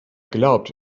glaubt